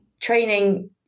training